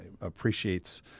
appreciates